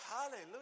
Hallelujah